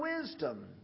wisdom